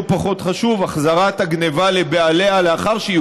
לא פחות חשוב: החזרת הגנבה לבעליה לאחר שהיא